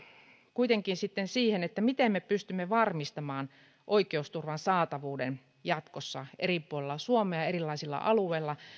kuitenkin sitten siihen miten me pystymme varmistamaan oikeusturvan saatavuuden jatkossa eri puolilla suomea erilaisilla alueilla